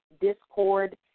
discord